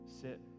sit